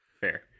Fair